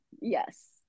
yes